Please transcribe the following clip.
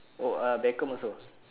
oh ah beckham also